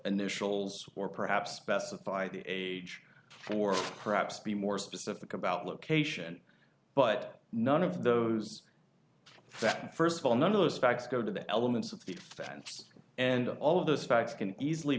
initials or perhaps specify the age for perhaps be more specific about location but none of those that first of all none of those facts go to the elements of the fence and all of those facts can easily